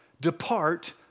depart